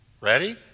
Ready